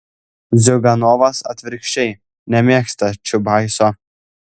ziuganovas atvirkščiai nemėgsta čiubaiso